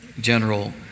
General